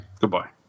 Goodbye